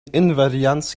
invarianz